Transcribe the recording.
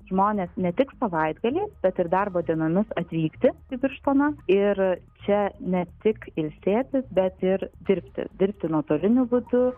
žmones ne tik savaitgaliais bet ir darbo dienomis atvykti į birštoną ir čia ne tik ilsėtis bet ir dirbti dirbti nuotoliniu būdu